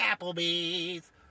Applebee's